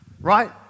right